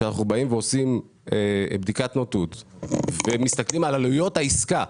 כשאנחנו באים ועושים בדיקת נאותות ומסתכלים על עלויות העסקה,